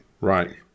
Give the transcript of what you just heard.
Right